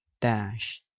dash